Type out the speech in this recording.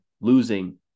losing